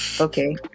Okay